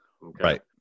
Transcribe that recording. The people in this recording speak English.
Right